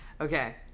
Okay